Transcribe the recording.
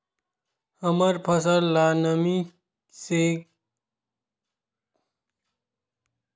हमर फसल ल नमी से क ई से बचाबो?